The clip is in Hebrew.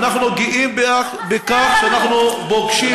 אנחנו גאים בכך שאנחנו פוגשים,